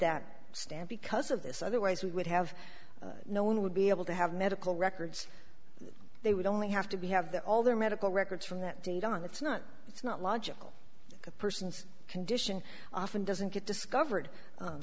that stand because of this otherwise we would have no one would be able to have medical records they would only have to be have all their medical records from that date on it's not it's not logical a person's condition often doesn't get discovered